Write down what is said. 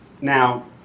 Now